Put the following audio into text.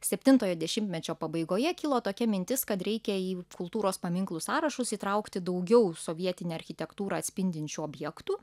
septintojo dešimtmečio pabaigoje kilo tokia mintis kad reikia į kultūros paminklų sąrašus įtraukti daugiau sovietinę architektūrą atspindinčių objektų